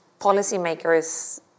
policymakers